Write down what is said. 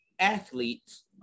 athletes